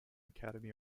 academy